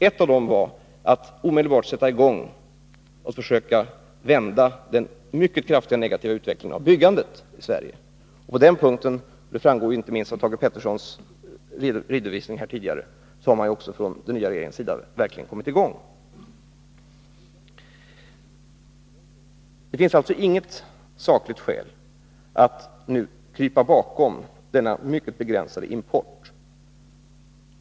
Ett av dem var att omedelbart försöka vända den mycket kraftigt negativa utvecklingen av byggandet i Sverige. På den punkten har — det framgick inte minst av Thage Petersons redovisning tidigare — den nya regeringen verkligen kommit i gång. Det finns alltså inget sakligt skäl för att nu krypa bakom denna mycket begränsade import.